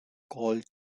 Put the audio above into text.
called